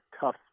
tough